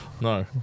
No